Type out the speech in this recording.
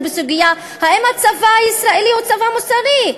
בסוגיה האם הצבא הישראלי הוא צבא מוסרי.